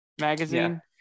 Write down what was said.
magazine